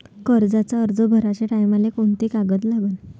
कर्जाचा अर्ज भराचे टायमाले कोंते कागद लागन?